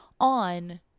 on